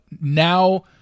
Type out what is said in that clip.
now –